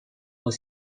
weil